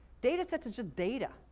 data sets is just data,